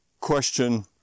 question